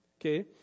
Okay